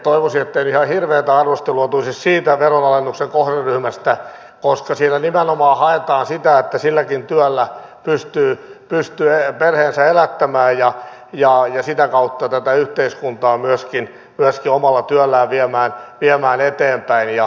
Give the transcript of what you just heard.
toivoisin ettei nyt ihan hirveätä arvostelua tulisi siitä veronalennuksen kohderyhmästä koska siinä nimenomaan haetaan sitä että silläkin työllä pystyy perheensä elättämään ja sitä kautta tätä yhteiskuntaa myöskin omalla työllään viemään eteenpäin